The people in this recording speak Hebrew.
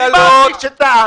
מי מעניש את העם?